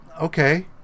okay